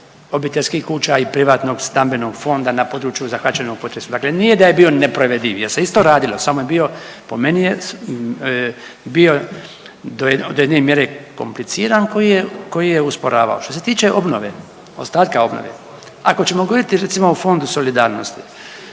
obiteljskih kuća i privatnog stambenog fonda na području zahvaćenog u potresu. Dakle nije da je bio neprovediv jer se isto radilo samo je bio po meni je bio do jedne mjere kompliciran koji je usporavao. Što se tiče obnove, ostatka obnove, ako ćemo govoriti recimo o Fondu solidarnosti